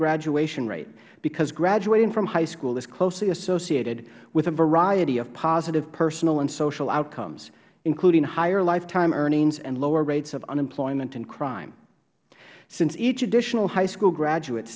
graduation rate because graduating from high school is closely associated with a variety of positive personal and social outcomes including higher lifetime earnings and lower rates of unemployment and crime since each additional high school graduate